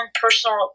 personal